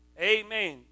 Amen